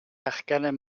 herkennen